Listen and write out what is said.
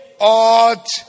ought